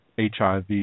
HIV